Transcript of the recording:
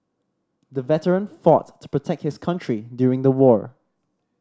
the veteran fought to protect his country during the war